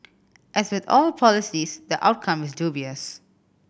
as with all policies the outcome is dubious